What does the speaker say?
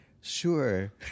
sure